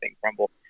crumble